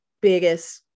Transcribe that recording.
biggest